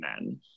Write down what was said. men